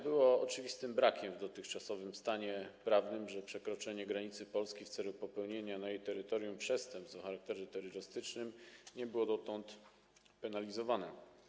Było oczywistym brakiem w dotychczasowym stanie prawnym, że przekroczenie granicy Polski w celu popełnienia na jej terytorium przestępstw o charakterze terrorystycznym nie było penalizowane.